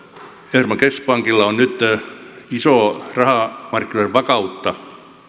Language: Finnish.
euroopan keskuspankilla on nyt iso rahamarkkinoiden vakautta